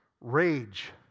rage